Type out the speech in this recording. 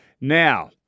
Now